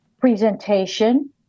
presentation